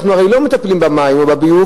אנחנו הרי לא מטפלים במים או בביוב,